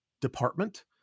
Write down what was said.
department